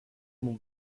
mont